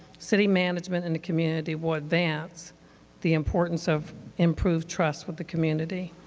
city management and the community what advance the importance of improved trust with the community.